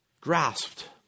grasped